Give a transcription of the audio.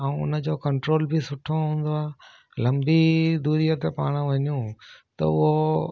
ऐं उन जो कंट्रोल बि सुठो हूंदो आहे लंबी दूरीअ ते पाण वञूं त उहो